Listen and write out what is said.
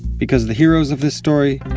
because the heroes of this story?